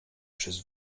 przez